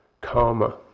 karma